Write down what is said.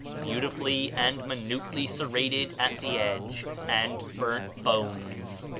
beautifully and minutely serrated at the edge, and burnt bones.